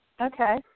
Okay